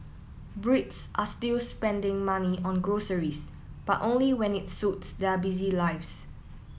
Brits are still spending money on groceries but only when it suits their busy lives